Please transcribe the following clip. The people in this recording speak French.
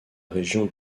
région